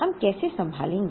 हम कैसे संभालेंगे